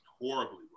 horribly